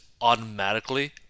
automatically